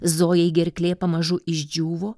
zojai gerklė pamažu išdžiūvo